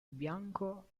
bianco